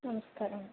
నమస్కారం